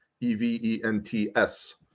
E-V-E-N-T-S